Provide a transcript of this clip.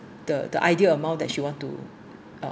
the the ideal amount that she want to uh